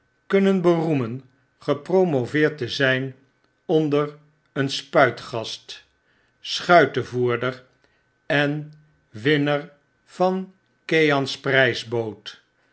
kunnen beroemen gepromoveerd te zijn onder een spuitgast schuitevoerder en winner van